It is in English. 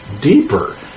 deeper